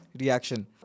reaction